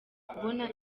kubona